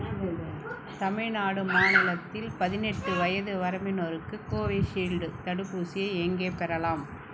தமிழ்நாடு மாநிலத்தில் பதினெட்டு வயது வரம்பினருக்கு கோவைஷீல்டு தடுப்பூசியை எங்கே பெறலாம்